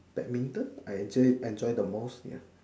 badminton I enjoy the most ya